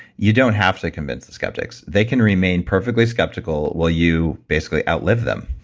you don't have to convince the skeptics. they can remain perfectly skeptical while you basically outlive them.